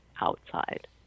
outside